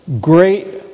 great